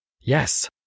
Yes